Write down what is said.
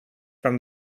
from